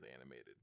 animated